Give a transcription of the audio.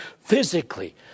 physically